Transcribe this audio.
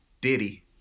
Diddy